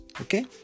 okay